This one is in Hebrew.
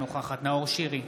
אינה נוכחת נאור שירי,